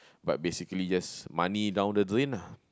but basically just money down the drain lah